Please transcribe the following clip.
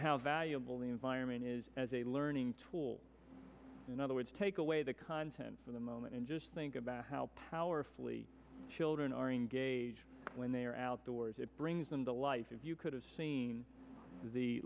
how valuable the environment is as a learning tool in other words take away the content of the moment and just think about how powerfully children are engaged when they are outdoors it brings them to life if you could have seen the